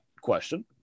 question